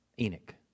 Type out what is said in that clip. Enoch